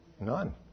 None